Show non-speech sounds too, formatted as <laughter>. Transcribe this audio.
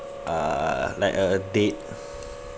uh like a date <breath>